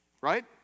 right